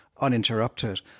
uninterrupted